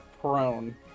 prone